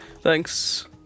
Thanks